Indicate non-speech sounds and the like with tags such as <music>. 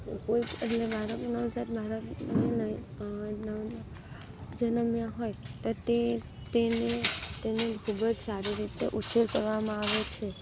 કોઈ એટલે બાળક નવજાત બાળકને <unintelligible> જન્મ્યાં હોય તો તે તેને તેમને ખૂબ જ સારી રીતે ઉછેર કરવામાં આવે છે